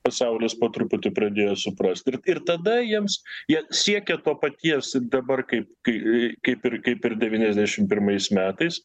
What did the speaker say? pasaulis po truputį pradėjo suprasti ir tada jiems jie siekė to paties dabar kaip kai kaip ir kaip ir devyniasdešimt pirmais metais